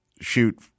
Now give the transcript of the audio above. shoot